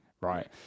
right